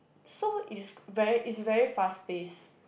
so is very is very fast pace